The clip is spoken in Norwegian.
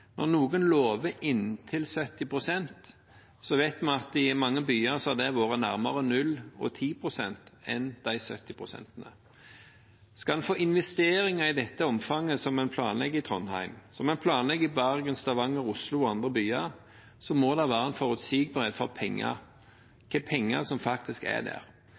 Når noen lover «inntil 70 pst.», vet vi at i mange byer har det vært nærmere 0 og 10 pst. enn de 70 pst. Skal en få investeringer i det omfanget som en planlegger i Trondheim, Bergen, Stavanger, Oslo og andre byer, må det være en forutsigbarhet for hvor mye penger som faktisk er der.